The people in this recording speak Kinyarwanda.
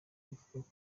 rivuga